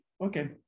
okay